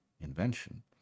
invention